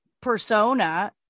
persona